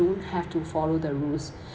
don't have to follow the rules